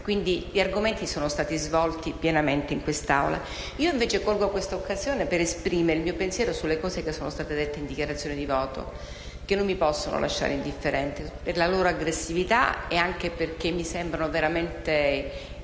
dunque gli argomenti sono stati svolti pienamente in quest'Aula. Colgo piuttosto questa occasione per esprimere il mio pensiero sulle cose che sono state dette in dichiarazione di voto, che non mi possono lasciare indifferente per la loro aggressività e perché mi sembrano assolutamente